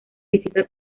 visita